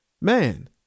Man